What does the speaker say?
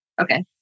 Okay